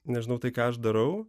nežinau tai ką aš darau